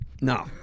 No